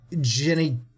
Jenny